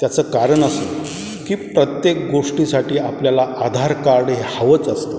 त्याचं कारण असं की प्रत्येक गोष्टीसाठी आपल्याला आधार कार्ड हे हवंच असतं